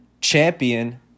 Champion